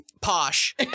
Posh